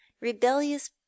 rebellious